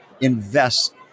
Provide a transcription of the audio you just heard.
invest